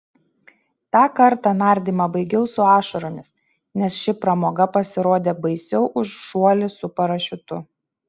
tą kartą nardymą baigiau su ašaromis nes ši pramoga pasirodė baisiau už šuolį su parašiutu